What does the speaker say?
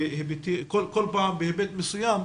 כל פעם בהיבט מסוים,